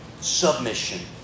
submission